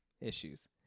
Issues